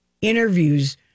interviews